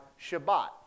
Shabbat